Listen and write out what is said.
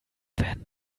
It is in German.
werden